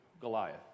Goliath